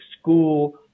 school